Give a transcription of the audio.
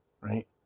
Right